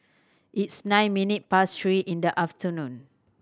its nine minute past three in the afternoon